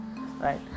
right